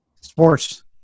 sports